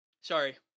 sorry